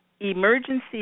emergency